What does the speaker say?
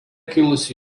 kilusi